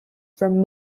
from